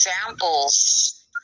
examples